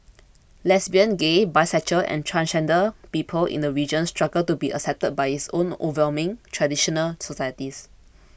lesbian gay bisexual and transgender people in the region struggle to be accepted by its overwhelmingly traditional societies